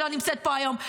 שלא נמצאת פה היום,